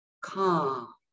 calm